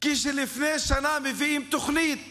לפני שנה מביאים תוכנית